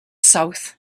south